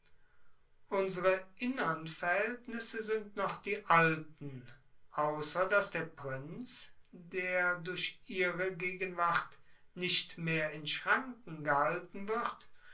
unsre innern verhältnisse sind noch die alten außer daß der prinz der durch ihre gegenwart nicht mehr in schranken gehalten wird